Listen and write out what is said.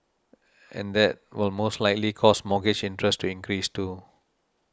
and that will most likely cause mortgage interest to increase too